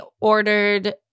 ordered